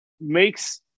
makes